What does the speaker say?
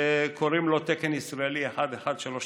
וקוראים לו תקן ישראלי 1139,